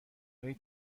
ولی